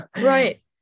Right